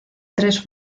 tres